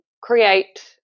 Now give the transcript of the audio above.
create